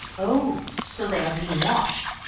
oh! so they are being watched?